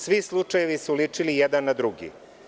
Svi slučajevi su ličili jedan na drugi.